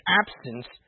absence